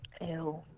Ew